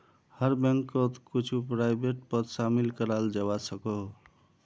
हर बैंकोत कुछु प्राइवेट पद शामिल कराल जवा सकोह